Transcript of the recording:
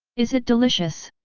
is it delicious?